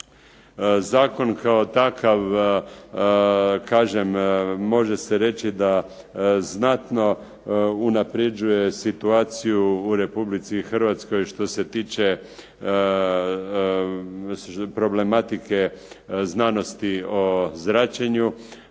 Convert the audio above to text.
zakon kao takav kažem može se reći da znatno unapređuje situaciju u Republici Hrvatskoj što se tiče problematike znanosti o zračenju.